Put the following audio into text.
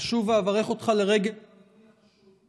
אשוב ואברך אותך לרגל המינוי החשוב,